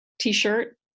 t-shirt